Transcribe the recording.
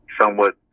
somewhat